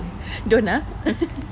don't ah